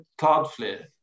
Cloudflare